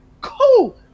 Cool